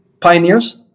pioneers